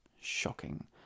shocking